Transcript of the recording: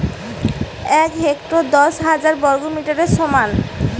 এক হেক্টর দশ হাজার বর্গমিটারের সমান